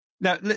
Now